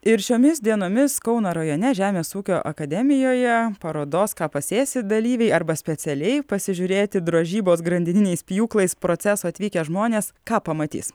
ir šiomis dienomis kauno rajone žemės ūkio akademijoje parodos ką pasėsi dalyviai arba specialiai pasižiūrėti drožybos grandininiais pjūklais proceso atvykę žmonės ką pamatys